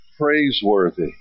praiseworthy